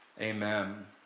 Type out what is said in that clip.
Amen